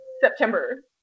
September